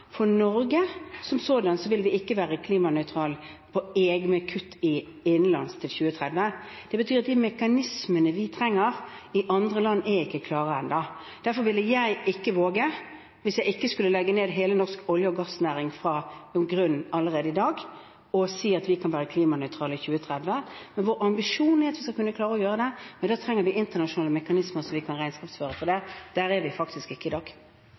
er ikke klare ennå. Derfor vil ikke jeg våge – hvis jeg ikke skulle legge ned hele norsk olje- og gassnæring fra grunnen av allerede i dag – å si at vi kan være klimanøytrale i 2030. Vår ambisjon er at vi skal kunne klare det, men da trenger vi internasjonale mekanismer som kan regnskapsføre dette, og der er vi faktisk ikke i dag.